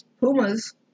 Pumas